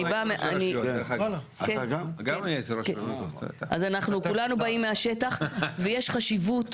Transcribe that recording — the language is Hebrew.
אז אנחנו כולנו באים מהשטח ויש חשיבות